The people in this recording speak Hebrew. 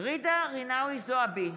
ג'ידא רינאוי זועבי,